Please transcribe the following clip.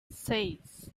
seis